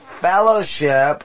fellowship